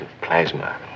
plasma